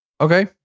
Okay